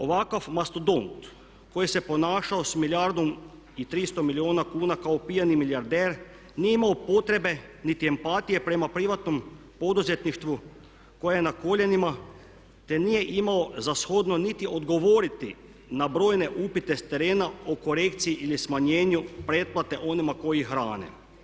Ovakav mastodont koji se ponašao sa milijardom i 300 milijuna kuna kao pijani milijarder nije imao potrebe niti empatije prema privatnom poduzetništvu koje je na koljenima, te nije imao za shodno niti odgovoriti na brojne upite sa terena o korekciji ili smanjenju pretplate onima koji ih hrane.